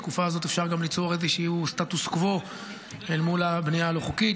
בתקופה הזאת אפשר גם ליצור איזשהו סטטוס קוו אל מול הבנייה הלא חוקית,